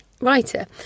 writer